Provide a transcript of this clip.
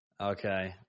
Okay